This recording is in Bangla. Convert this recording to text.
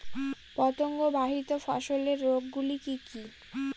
পতঙ্গবাহিত ফসলের রোগ গুলি কি কি?